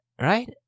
Right